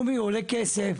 לכן,